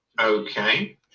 okay